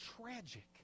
tragic